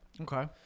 Okay